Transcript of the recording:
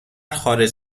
خارج